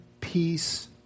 peace